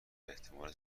احتمال